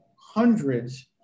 hundreds